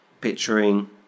Picturing